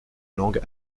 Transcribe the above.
langue